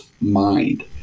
mind